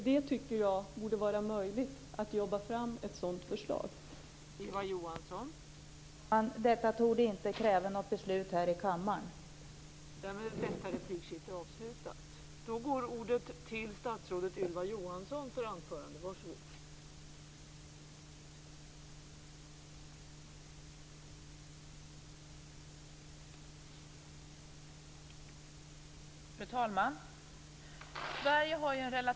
Jag tycker att det borde vara möjligt att jobba fram ett sådant förslag.